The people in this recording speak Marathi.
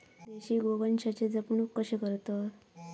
देशी गोवंशाची जपणूक कशी करतत?